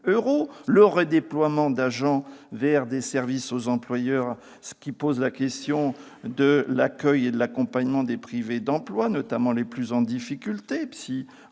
du redéploiement d'agents vers des services aux employeurs, ce qui pose la question de l'accueil et de l'accompagnement des privés d'emploi, notamment les plus en difficulté ? Comment ne